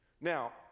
Now